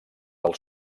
del